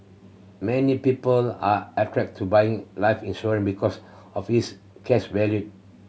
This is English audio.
many people are attracted to buying life insurance because of its cash value